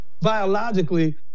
biologically